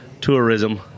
tourism